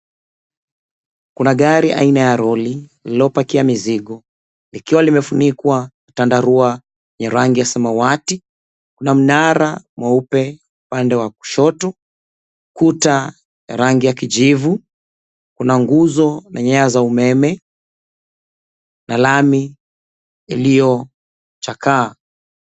Kuna gari aina ya lori liliopakia mzigo likiwa limefunikwa tandarua ya rangi ya samawati, kuna minara mweupe upande wa kushoto, kuta rangi ya kijivu, kuna nguzo na nyaya za umeme na lami iliyochakaa.